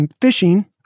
fishing